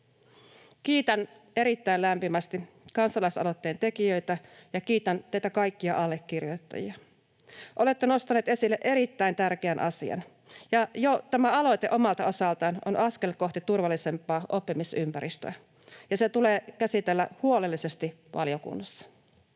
Kiitän erittäin lämpimästi kansalaisaloitteen tekijöitä, ja kiitän teitä kaikkia allekirjoittajia. Olette nostaneet esille erittäin tärkeän asian. Jo tämä aloite on omalta osaltaan askel kohti turvallisempaa oppimisympäristöä, ja se tulee käsitellä huolellisesti valiokunnassa.